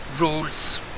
rules